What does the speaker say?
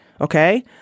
Okay